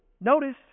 Notice